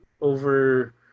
over